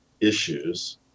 issues